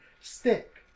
stick